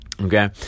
Okay